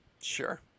Sure